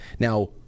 Now